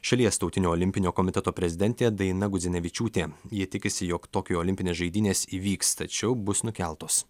šalies tautinio olimpinio komiteto prezidentė daina gudzinevičiūtė ji tikisi jog tokijo olimpinės žaidynės įvyks tačiau bus nukeltos